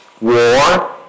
war